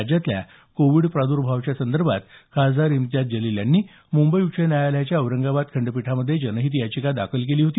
राज्यातल्या कोविड प्रादर्भावाच्या संदर्भात खासदार इम्तियाज जलील यांनी मुंबई उच्च न्यायालयाच्या औरंगाबाद खंडपीठामध्ये जनहित याचिका दाखल केली होती